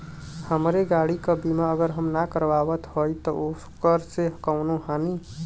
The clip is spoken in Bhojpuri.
हमरे गाड़ी क बीमा अगर हम ना करावत हई त ओकर से कवनों हानि?